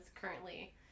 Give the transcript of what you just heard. currently